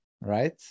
right